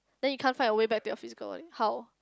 then you can't find your way back to your physical body how